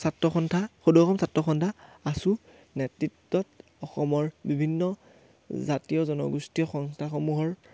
ছাত্ৰসন্থা সদৌ অসম ছাত্ৰসন্থা আছু নেতৃত্বত অসমৰ বিভিন্ন জাতীয় জনগোষ্ঠীয় সংস্থাসমূহৰ